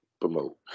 promote